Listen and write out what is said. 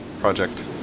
project